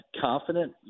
confident